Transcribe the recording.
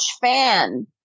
fan